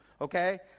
okay